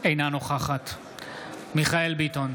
אינה נוכחת מיכאל מרדכי ביטון,